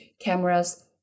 cameras